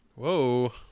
whoa